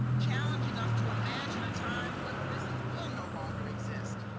challenging us to imagine a time when prisons will no longer exist.